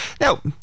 Now